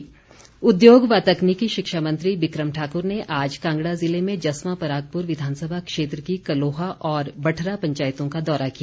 बिक्रम ठाकुर उद्योग व तकनीकी शिक्षा मंत्री बिक्रम ठाकुर ने आज कांगड़ा ज़िले में जसवां परागपुर विधानसभा क्षेत्र की कलोहा और बठरा पंचायतों का दौरा किया